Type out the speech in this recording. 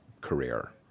career